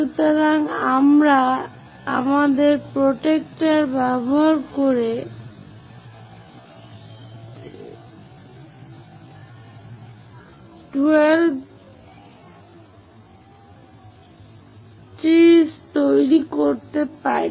সুতরাং আমরা আমাদের প্রটেক্টর ব্যবহার করে 12 টি অংশ তৈরি করতে পারি